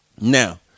Now